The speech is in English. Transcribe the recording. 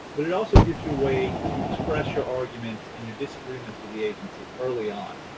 but it also gives you a way to express your arguments and your disagreements with the agency early on,